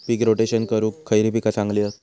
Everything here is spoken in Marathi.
पीक रोटेशन करूक खयली पीका चांगली हत?